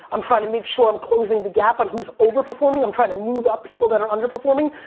i'm trying to make sure i'm closing the gap on who's over-performing. i'm trying to move up people that are underperforming.